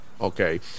Okay